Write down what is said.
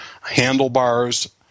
handlebars